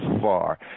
far –